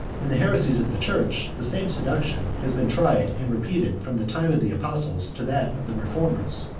in the heresies of the church, the same seduction has been tried and repeated from the time of the apostles to that of the reformers.